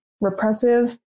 repressive